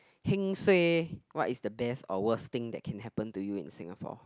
heng suay what is the best or worst thing that can happen to you in Singapore